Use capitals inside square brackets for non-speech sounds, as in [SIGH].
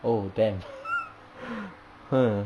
oh damn [LAUGHS] !huh!